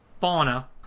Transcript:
Fauna